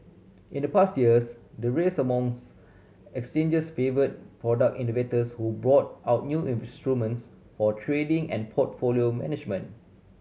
in the past years the race amongst exchanges favour product innovators who brought out new instruments for trading and portfolio management